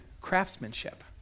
craftsmanship